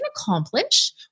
accomplish